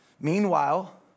Meanwhile